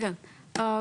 כן כן,